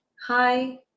Hi